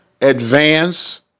advance